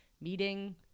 meeting